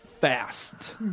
fast